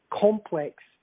complex